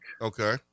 Okay